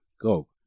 Go